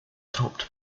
topped